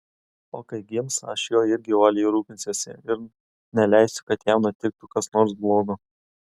o kai gims aš juo irgi uoliai rūpinsiuosi ir neleisiu kad jam nutiktų kas nors blogo